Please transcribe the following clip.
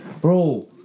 Bro